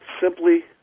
Simply